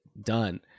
done